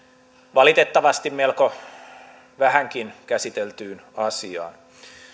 valitettavasti melko vähänkin käsiteltyyn asiaan